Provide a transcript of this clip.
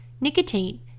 nicotine